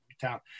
town